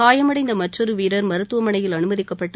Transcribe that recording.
காயமடைந்த மற்றொரு வீரர் மருத்துவமனையில் அனுமதிக்கப்பட்டு